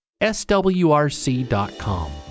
swrc.com